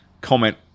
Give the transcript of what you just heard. comment